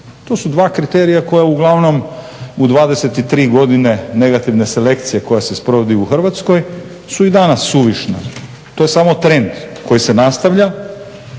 To su dva kriterija koja uglavnom u 23 godine negativne selekcije koja se sprovodi u Hrvatskoj su i danas suvišna. To je samo trend koji se nastavlja.